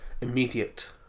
immediate